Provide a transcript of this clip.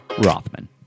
Rothman